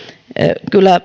kyllä